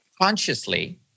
Consciously